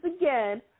again